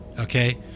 Okay